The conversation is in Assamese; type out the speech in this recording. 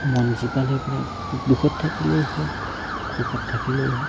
মন জীপাল হৈ পৰে দুখত থাকিলেই হওক সুখত থাকিলেই হওক